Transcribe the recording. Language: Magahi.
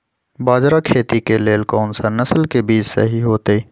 बाजरा खेती के लेल कोन सा नसल के बीज सही होतइ?